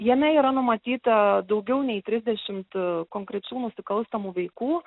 jame yra numatyta daugiau nei trisdešimt konkrečių nusikalstamų veikų